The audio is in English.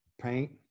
paint